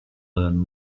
learn